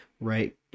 right